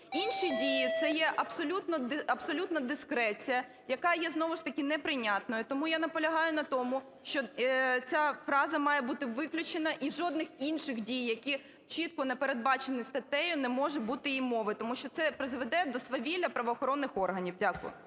"Інші дії" – це є абсолютнадискреція, яка знову ж таки є не прийнятною, тому я наполягаю на тому, що ця фраза має бути виключена і жодних "інших дій", які чітко не передбачені статтею не може бути і мови. Тому що це призведе до свавілля правоохоронних органів. Дякую.